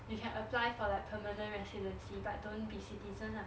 you can apply for like permanent residency but don't be citizen lah